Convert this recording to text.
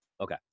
okay